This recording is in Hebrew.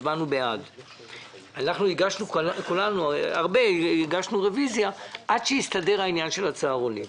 אבל אז הגשנו רביזיה עד שיסתדר העניין של הצהרונים.